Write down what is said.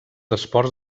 esports